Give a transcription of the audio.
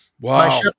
Wow